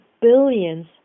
billions